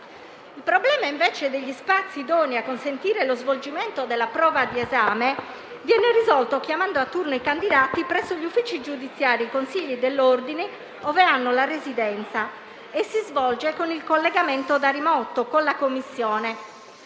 Il problema invece degli spazi idonei a consentire lo svolgimento della prova di esame viene risolto chiamando a turno i candidati presso gli uffici giudiziari e consigli dell'ordine ove hanno la residenza e si svolge con il collegamento da remoto con la commissione,